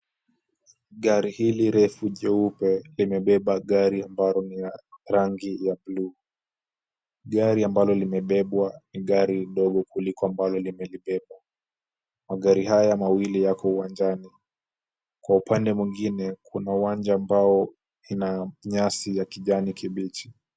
Gari hili refu jeupe limebeba gari ambalo ni la rangi ya blue . Gari ambalo limebebwa ni gari dogo kuliko ambalo limelibeba. Magari haya mawili yako uwanjani. Kwa upande mwingine kuna uwanja ambao ina nyasi ya kijani kibichi.